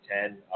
Ten